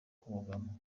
kubogama